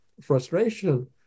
frustration